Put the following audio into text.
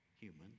human